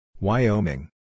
Wyoming